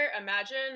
imagine